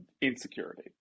insecurity